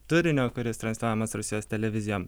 turinio kuris transliuojamas rusijos televizijom